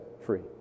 free